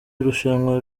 irushanwa